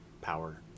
power